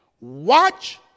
Watch